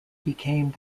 became